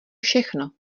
všechno